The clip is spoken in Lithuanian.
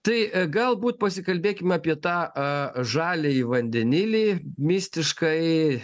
tai galbūt pasikalbėkim apie tą a žaliąjį vandenilį mistiškąjį